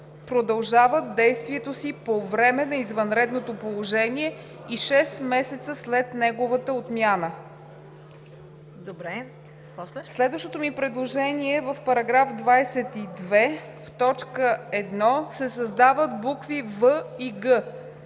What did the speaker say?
продължават действието си по време на извънредното положение и 6 месеца след неговата отмяна.“ Следващото ми предложение е в § 22, т. 1 се създават букви „в“ и